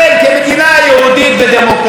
ההבדל העקרוני בינינו,